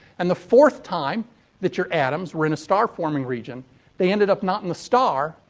and the fourth time that your atoms were in a star forming region they ended up, not in the star,